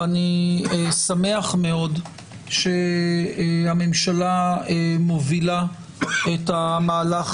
ואני שמח מאוד שהממשלה מובילה את המהלך